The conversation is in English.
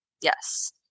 Yes